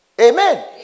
Amen